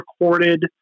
recorded